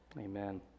Amen